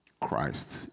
Christ